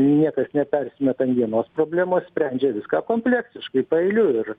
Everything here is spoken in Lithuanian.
niekas nepersimeta ant vienos problemos sprendžia viską kompleksiškai paeiliui ir